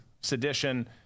Sedition